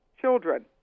children